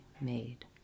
made